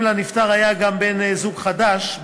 אם לנפטר היה גם בן-זוג חדש,